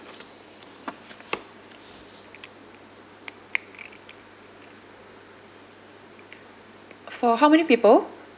for how many people